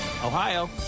Ohio